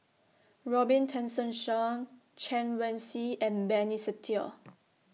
Robin Tessensohn Chen Wen Hsi and Benny Se Teo